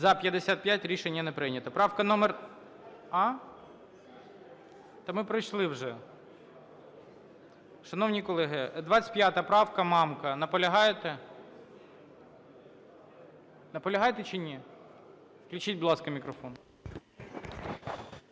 За-55 Рішення не прийнято. Правка номер… А? Та ми пройшли вже. Шановні колеги, 25 правка, Мамка. Наполягаєте? Наполягаєте чи ні? Включіть, будь ласка, мікрофон.